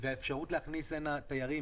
פתיחת השמיים והאפשרות להכניס הנה תיירים